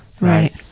Right